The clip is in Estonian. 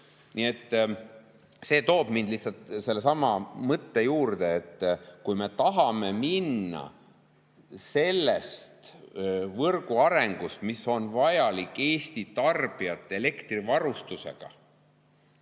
See toob mind sellesama mõtte juurde, et kui me tahame minna sellest võrguarengust, mis on vajalik Eesti tarbijate elektrivarustus[kindluse]